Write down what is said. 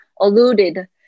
alluded